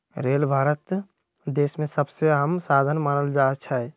rail Bharat देश में सबसे अहम साधन मानल जाई छई